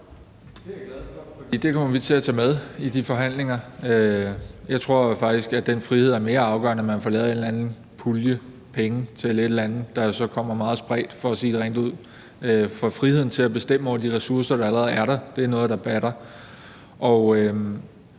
det kommer vi til at tage med i de forhandlinger. Jeg tror jo faktisk, at den frihed er mere afgørende, end at man får lavet en eller anden pulje penge til et eller andet, der jo så kommer meget spredt, for at sige det rent ud. For friheden til at bestemme over de ressourcer, der allerede er der, er noget, der batter,